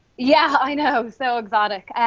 yeah, i know. so, exotic.